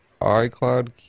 iCloud